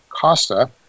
Costa